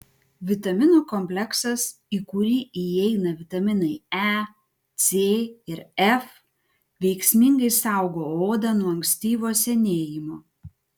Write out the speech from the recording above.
vitaminų kompleksas į kurį įeina vitaminai e c ir f veiksmingai saugo odą nuo ankstyvo senėjimo